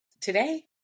Today